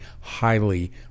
highly